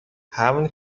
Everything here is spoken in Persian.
همونی